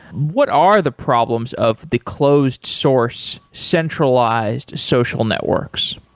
what are the problems of the closed source, centralized social networks?